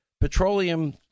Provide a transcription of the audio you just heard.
petroleum